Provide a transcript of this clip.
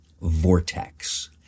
vortex